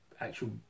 actual